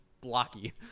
Blocky